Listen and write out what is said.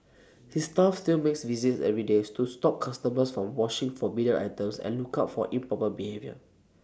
his staff still makes visits every days to stop customers from washing forbidden items and look out for improper behaviour